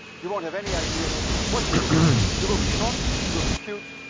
you won't have any idea what you're looking at. it will be fun, it will be cute,